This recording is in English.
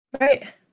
right